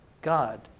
God